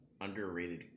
underrated